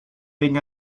wegen